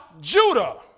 Judah